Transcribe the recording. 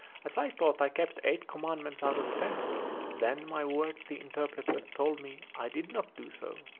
as i thought i kept eight commandments out of ten then my worthy interpreter told me i did not do so